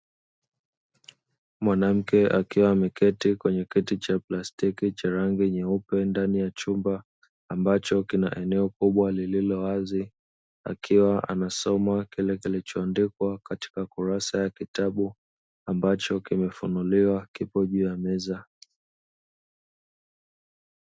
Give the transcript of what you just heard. Mwanamke akiwa ameketi kwenye kiti cha plastiki cha rangi nyeupe ndani ya chumba, ambacho kina eneo kubwa lililo wazi, akiwa amesoma kile kilichoandikwa katika kurasa ya kitabu ambacho kimefunuliwa kipo juu ya meza.